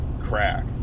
crack